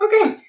Okay